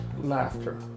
laughter